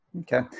Okay